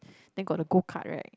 then got the Go Cart right